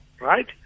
right